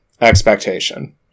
expectation